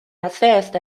assessed